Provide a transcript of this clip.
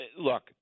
look